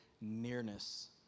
nearness